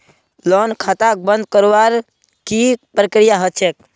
loan खाताक बंद करवार की प्रकिया ह छेक